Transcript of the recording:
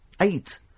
Eight